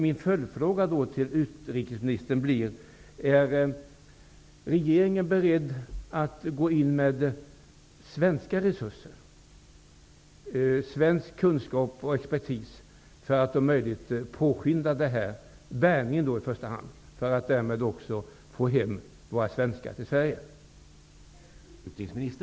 Min följdfråga till utrikesministern blir följande: Är regeringen beredd att gå in med svenska resurser, svensk kunskap och svensk expertis för att om möjligt påskynda i första hand bärgningen, för att därmed också få hem svenskarna till Sverige?